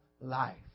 life